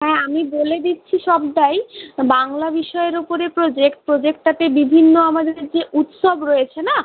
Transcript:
হ্যাঁ আমি বলে দিচ্ছি সবটাই বাংলা বিষয়ের ওপরে প্রজেক্ট প্রজেক্টটাতে বিভিন্ন আমাদের যে উৎসব রয়েছে না